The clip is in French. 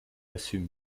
assume